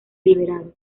liberado